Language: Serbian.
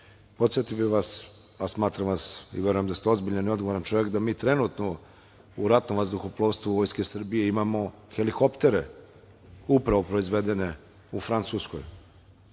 dešava. Podsetio bih vas, a smatram vas i verujem da ste ozbiljan i odgovoran čovek da mi trenutno u ratnom vazduhoplovstvu Vojske Srbije imamo helikoptere upravo proizvedene u Francuskoj.